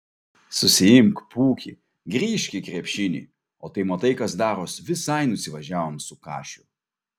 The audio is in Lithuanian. susiimk pūki grįžk į krepšinį o tai matai kas daros visai nusivažiavom su kašiu